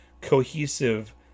cohesive